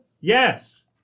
Yes